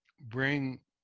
bring